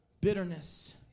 bitterness